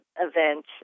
event